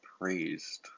praised